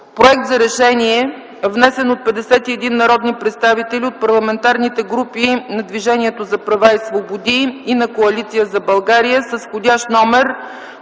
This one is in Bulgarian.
проект за решение, внесен от 51 народни представители от парламентарните групи на Движението за права и свободи и на Коалиция за България, вх. №